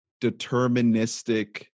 deterministic